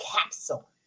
capsule